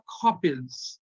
copies